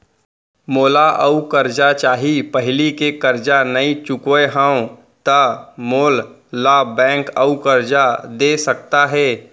मोला अऊ करजा चाही पहिली के करजा नई चुकोय हव त मोल ला बैंक अऊ करजा दे सकता हे?